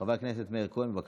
חבר הכנסת מאיר כהן, בבקשה.